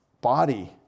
body